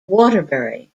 waterbury